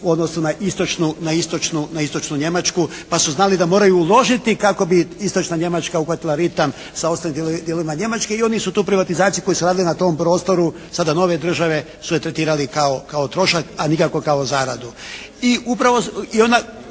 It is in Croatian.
odnosu na Istočnu Njemačku pa su znali da moraju uložiti kako bi Istočna Njemački uhvatila ritam sa ostalim dijelovima Njemačke. I onu su tu privatizaciju koju su radili na tom prostoru sada nove države su je tretirali kao trošak, a nikako kao zaradu.